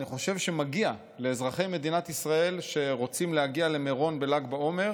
אני חושב שמגיע לאזרחי מדינת ישראל שרוצים להגיע למירון בל"ג בעומר